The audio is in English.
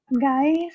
guys